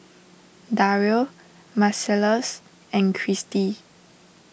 Dario Marcellus and Christy